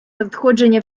надходження